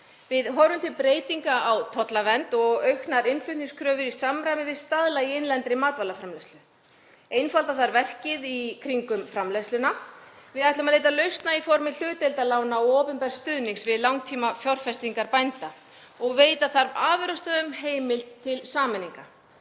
Við horfum til breytinga á tollvernd og aukinna innflutningskrafna í samræmi við staðla í innlendri matvælaframleiðslu. Einfalda þarf verkið í kringum framleiðsluna. Við ætlum að leita lausna í formi hlutdeildarlána og opinbers stuðnings við langtímafjárfestingar bænda og veita þarf afurðastöðvum heimild til sameiningar.